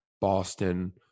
Boston